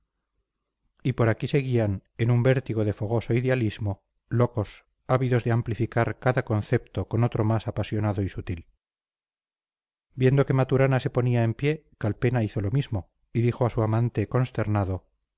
y por aquí seguían en un vértigo de fogoso idealismo locos ávidos de amplificar cada concepto con otro más apasionado y sutil viendo que maturana se ponía en pie calpena hizo lo mismo y dijo a su amante consternado